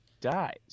dies